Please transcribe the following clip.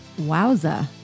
Wowza